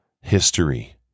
history